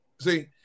See